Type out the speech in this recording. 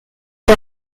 der